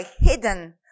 hidden